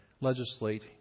legislate